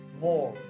more